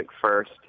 first